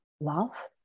love